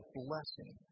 blessing